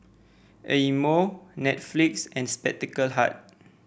Eye Mo Netflix and Spectacle Hut